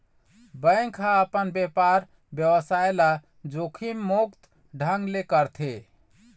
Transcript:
bank ह अपन बेपार बेवसाय ल जोखिम मुक्त ढंग ले करथे